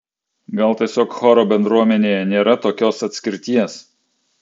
gal tiesiog choro bendruomenėje nėra tokios atskirties